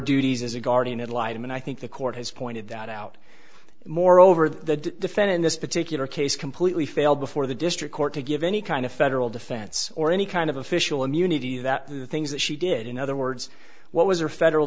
duties as a guardian ad litum and i think the court has pointed that out moreover the defend in this particular case completely failed before the district court to give any kind of federal defense or any kind of official immunity that the things that she did in other words what was a federal